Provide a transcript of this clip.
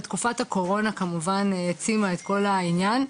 ותקופת הקורונה כמובן העצימה את כל העניין.